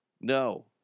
No